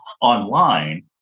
online